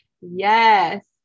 Yes